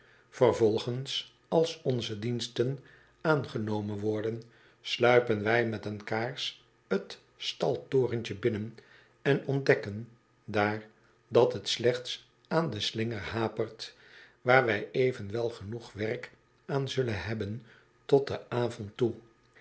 vervolgens als onze diensten aangenomen worden sluipen wij met een kaars t staltorentje binnen en ontdekken daar dat t slechts aan den slinger hapert waar wij evenwel genoeg werk aan zullen hebben tot den avond toe